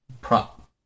Prop